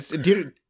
dude